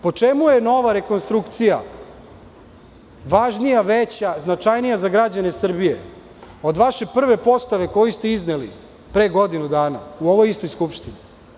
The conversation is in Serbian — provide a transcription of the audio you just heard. Po čemu je nova rekonstrukcija važnija, veća, značajnija za građane Srbije od vaše prve postave koju ste izneli pre godinu dana u ovoj istoj Skupštini?